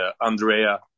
Andrea